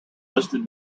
listed